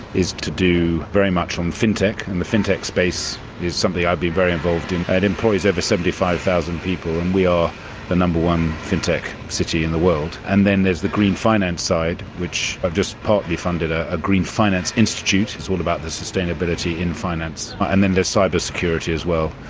is to do very much on fintech. and the fintech space is something i'd be very involved in. it employs over seventy five thousand people. and we are the number one fintech city in the world. and then there's the green finance side, which i've just partly funded a ah green finance institute. it's all about the sustainability in finance. and then there's cyber security as well,